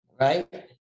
Right